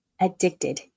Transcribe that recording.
addicted